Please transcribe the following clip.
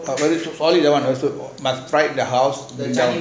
must find the house